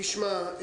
תשמע,